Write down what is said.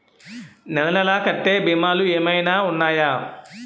నెల నెల కట్టే భీమాలు ఏమైనా ఉన్నాయా?